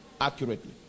accurately